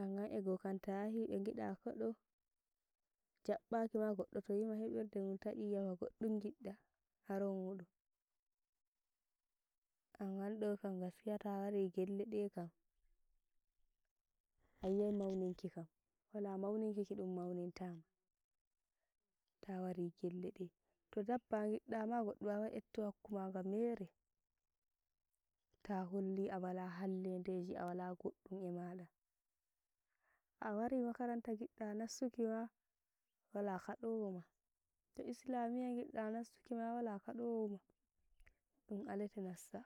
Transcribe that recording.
Amman e gokam tayahi begaɗi koɗo jaɓɓaki ma goɗɗo toyima hei ɓerde mun tanyi yi'a ba goɗɗum ngiɗɗa haro muɗum, amman ɗokam gaskiya towari gelleɗe kam a yi'ai mauninki kam. Wala mauninki kiɗum maunintama tawai gelleɗe. Tawari dabba ngiɗɗa maa goɗɗo wawai nyebta hokkumaga mere to holli awala hallede awala goɗɗum e maɗa, a wari makaranta ngiɗɗa nassuki maa wala kodawoma, to islamiya ngiɗɗa nassuki maa wala kadowoma ɗum alete nassa.